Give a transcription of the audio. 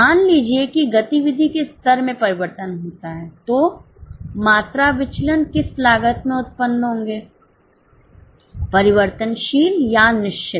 मान लीजिए कि गतिविधि के स्तर में परिवर्तन होता है तो मात्रा विचलन किस लागत में उत्पन्न होंगे परिवर्तनशील या निश्चित